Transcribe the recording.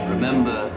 Remember